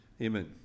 Amen